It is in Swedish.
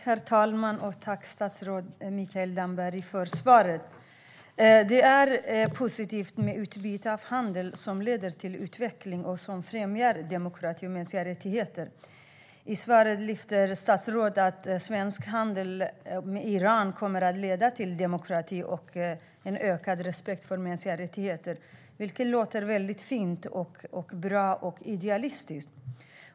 Herr talman! Tack, statsrådet Mikael Damberg, för svaret! Det är positivt med utbyte av handel som leder till utveckling och som främjar demokrati och mänskliga rättigheter. I svaret säger statsrådet att svensk handel med Iran kommer att leda till demokrati och ökad respekt för mänskliga rättigheter, vilket låter väldigt fint, bra och idealistiskt.